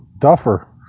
duffer